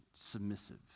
submissive